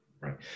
Right